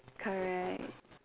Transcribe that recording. correct